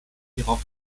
hierauf